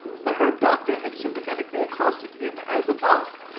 the herb-doctor had sympathetically accosted him as above,